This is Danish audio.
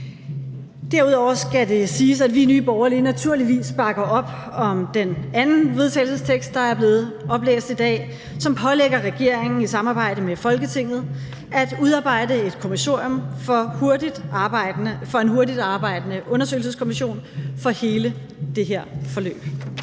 Derudover skal det siges, at vi i Nye Borgerlige naturligvis bakker op om det andet forslag til vedtagelse, der er blevet oplæst i dag, og som pålægger regeringen i samarbejde med Folketinget at udarbejde et kommissorium for en hurtigt arbejdende undersøgelseskommission for hele det her forløb.